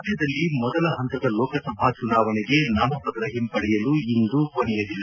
ರಾಜ್ಯದಲ್ಲಿ ಮೊದಲ ಹಂತದ ಲೋಕಸಭಾ ಚುನಾವಣೆಗೆ ನಾಮಪತ್ರ ಹಿಂಪಡೆಯಲು ಇಂದು ಕೊನೆ ದಿನ